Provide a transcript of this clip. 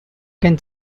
can